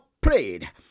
prayed